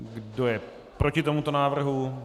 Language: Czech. Kdo je proti tomuto návrhu?